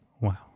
Wow